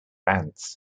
ants